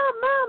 mom